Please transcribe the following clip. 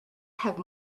have